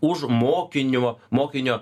už mokinio mokinio